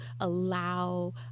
allow